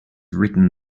written